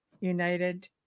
United